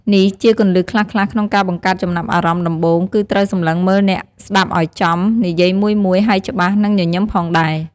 នេះជាគន្លឹះខ្លះៗក្នុងការបង្កើតចំណាប់អារម្មណ៍ដំបូង គឺត្រូវសម្លឹងមើលអ្នកស្ដាប់ឱ្យចំ និយាយមួយៗហើយច្បាស់ និងញញឹមផងដែរ។